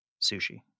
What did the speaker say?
sushi